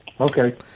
Okay